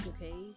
Okay